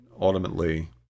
ultimately